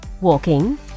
walking